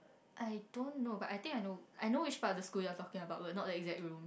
I don't know but I think I know I know which part of the school you are talking about but not the exact room